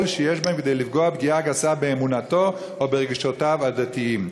שיש בהם כדי לפגוע פגיעה גסה באמונתו או ברגשותיו הדתיים".